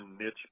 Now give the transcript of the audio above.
niche